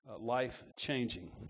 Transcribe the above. life-changing